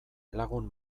lagun